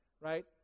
right